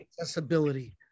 accessibility